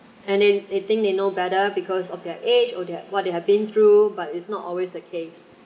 and then they think they know better because of their age of their what they have been through but it's not always the case